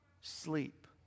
sleep